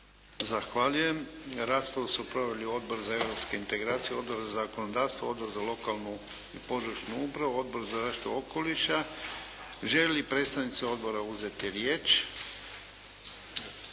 Zahvaljujem. Raspravu su proveli Odbor za Europske integracije, Odbor za zakonodavstvo, Odbor za lokalnu i područnu upravu, Odbor za zaštitu okoliša. Žele li predstavnici odbora uzeti riječ?